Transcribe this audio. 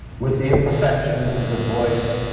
with the imperfections of voice,